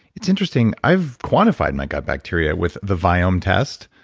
it's interesting, i've quantified my gut bacteria with the viome test